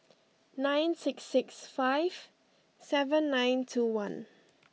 nine six six five seven nine two one